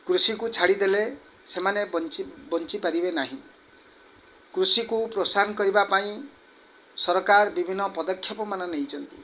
କୃଷିକୁ ଛାଡ଼ିଦେଲେ ସେମାନେ ବଞ୍ଚି ବଞ୍ଚି ପାରିବେ ନାହିଁ କୃଷିକୁ ପ୍ରୋତ୍ସାହନ କରିବା ପାଇଁ ସରକାର ବିଭିନ୍ନ ପଦକ୍ଷେପମାନ ନେଇଛନ୍ତି